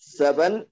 seven